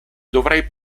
dovrei